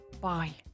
Bye